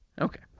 Okay